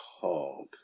called